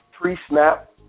pre-snap